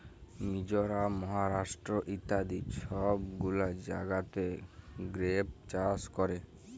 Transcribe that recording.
মিজরাম, মহারাষ্ট্র ইত্যাদি সব গুলা জাগাতে গ্রেপ চাষ ক্যরে